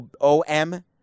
OM